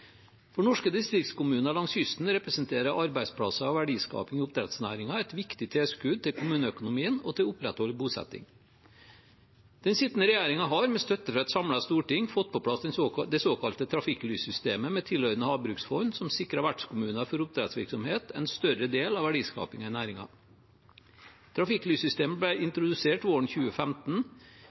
For norske distriktskommuner langs kysten representerer arbeidsplasser og verdiskaping i oppdrettsnæringen et viktig tilskudd til kommuneøkonomien og til å opprettholde bosetting. Den sittende regjeringen har med støtte fra et samlet storting fått på plass det såkalte trafikklyssystemet – med tilhørende havbruksfond – som sikrer vertskommuner for oppdrettsvirksomhet en større del av verdiskapingen i næringen. Trafikklyssystemet ble introdusert våren 2015